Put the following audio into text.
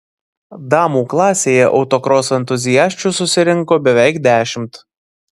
damų klasėje autokroso entuziasčių susirinko beveik dešimt